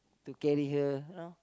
to carry her